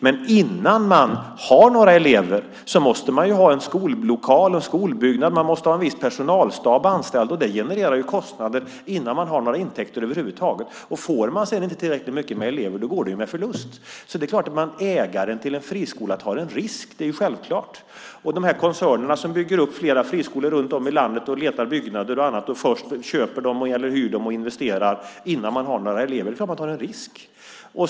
Men innan man har några elever måste man ha en skollokal, en skolbyggnad och en viss personalstab anställd. Det genererar kostnader innan man har några intäkter över huvud taget. Får man sedan inte tillräckligt mycket med elever går det med förlust. Det är klart att ägaren till en friskola tar en risk. Det är självklart. De är klart att de koncerner som bygger upp flera friskolor runt om i landet, letar byggnader och annat, och först hyr dem, köper och investerar innan de har några elever tar en risk.